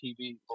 TV